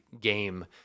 game